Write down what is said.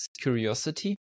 curiosity